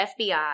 FBI